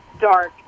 dark